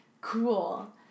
Cool